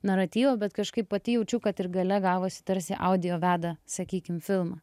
naratyvą bet kažkaip pati jaučiu kad ir gale gavosi tarsi audio veda sakykim filmą